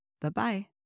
Bye-bye